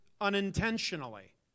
unintentionally